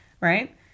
Right